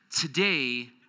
Today